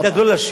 אדאג לא להשיב,